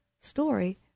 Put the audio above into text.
story